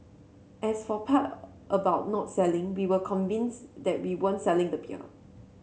as for part about not selling we were convinced that we weren't selling the peer